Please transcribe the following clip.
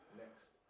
next